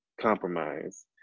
compromise